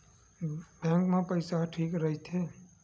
Bank मा पईसा ह ठीक राइथे?